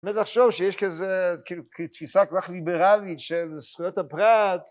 באמת לחשוב שיש כזה תפיסה כל כך ליברלית של זכויות הפרט